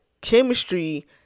chemistry